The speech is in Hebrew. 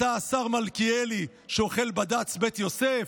אתה, השר מלכיאלי, שאוכל בד"ץ בית יוסף?